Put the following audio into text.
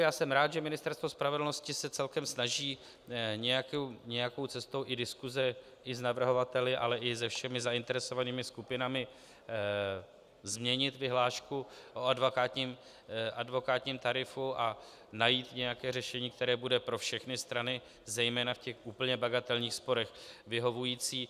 Já jsem rád, že Ministerstvo spravedlnosti se celkem snaží nějakou cestou i diskuze i s navrhovateli, ale i se všemi zainteresovanými skupinami změnit vyhlášku o advokátním tarifu a najít nějaké řešení, které bude pro všechny strany zejména v těch úplně bagatelních sporech vyhovující.